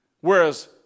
Whereas